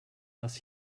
was